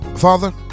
Father